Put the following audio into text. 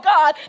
God